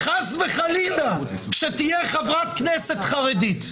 חס וחלילה שתהיה חברת כנסת חרדית.